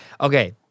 Okay